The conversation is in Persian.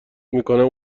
میکنم